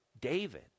David